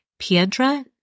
Piedra